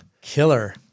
Killer